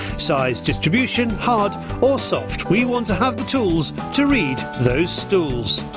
size, distribution, hard or soft, we want to have the tools to read those stools.